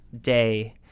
day